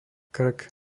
krk